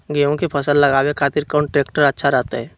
गेहूं के फसल लगावे खातिर कौन ट्रेक्टर अच्छा रहतय?